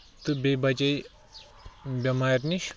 تہٕ بیٚیہ بَچے بیمارِ نِش